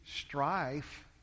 strife